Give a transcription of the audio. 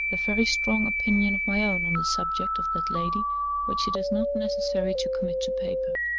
a very strong opinion of my own on the subject of that lady which it is not necessary to commit to paper.